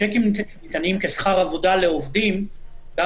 שיקים קטנים כשכר עבודה לעובדים גם